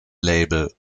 label